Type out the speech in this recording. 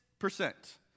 percent